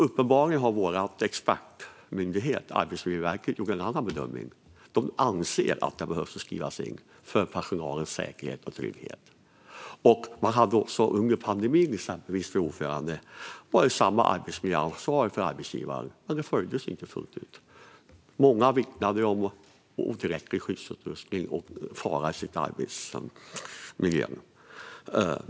Uppenbarligen har vår expertmyndighet Arbetsmiljöverket gjort en annan bedömning. De anser att detta behöver skrivas in för personalens säkerhet och trygghet. Fru talman! Under pandemin, exempelvis, var det samma arbetsmiljöansvar för arbetsgivarna. Men det följdes inte fullt ut. Många vittnade om otillräcklig skyddsutrustning och fara i sin arbetsmiljö.